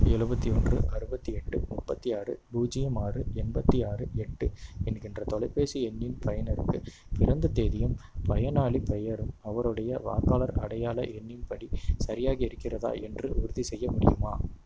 எழுவத்தி ஒன்று அறுபத்தி எட்டு முப்பத்தி ஆறு பூஜ்ஜியம் ஆறு எண்பத்தி ஆறு எட்டு என்கின்ற தொலைபேசி எண்ணின் பயனருக்கு பிறந்த தேதியும் பயனாளிப் பெயரும் அவருடைய வாக்காளர் அடையாள எண்ணின் படி சரியாக இருக்கிறதா என்று உறுதி செய்ய முடியுமா